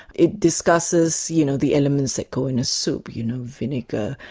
it discusses you know the elements that go in a soup, you know vinegar,